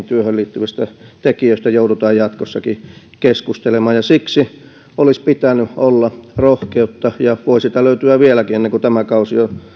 työhön liittyvistä tekijöistä joudutaan jatkossakin keskustelemaan siksi olisi pitänyt olla rohkeutta ja voi sitä löytyä vieläkin ennen kuin tämä kausi on